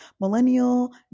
millennial